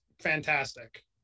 fantastic